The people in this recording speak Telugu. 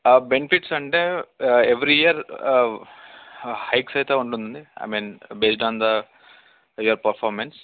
బెనిఫిట్స్ అంటే ఎవ్రీ ఇయర్ హైక్స్ అయితే ఉంటుంది I mean based on the your performance